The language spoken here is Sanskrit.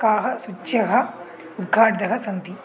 काः सूच्यः उद्घाटिताः सन्ति